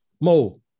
Mo